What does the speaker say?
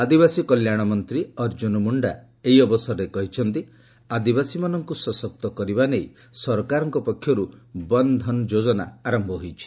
ଆଦିବାସୀ କଲ୍ୟାଣମନ୍ତ୍ରୀ ଅର୍ଜ୍ଜୁନ ମୁଣ୍ଡା ଏହି ଅବସରରେ କହିଛନ୍ତି ଯେ ଆଦିବାସୀମାନଙ୍କୁ ସଶକ୍ତ କରିବା ନିମିତ୍ତ ସରକାରଙ୍କ ପକ୍ଷରୁ ବନ ଧନ ଯୋଜନା ଆରମ୍ଭ ହୋଇଛି